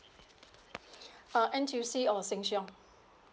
uh N_T_U_C or Sheng Siong